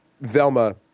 Velma